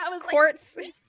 quartz